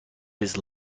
his